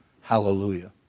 hallelujah